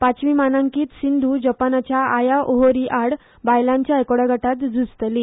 पांचवी मानांकीत सिंधू जपानच्या आया ओहोरी आड बायलांच्या एकोड्या गटांत झुजतली